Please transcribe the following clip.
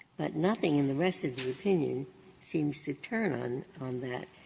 but nothing in the rest of the opinion seems to turn on on that.